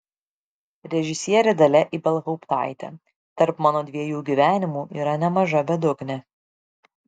režisierė dalia ibelhauptaitė tarp mano dviejų gyvenimų yra nemaža bedugnė